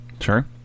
Sure